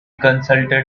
consulted